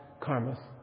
karmas